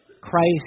Christ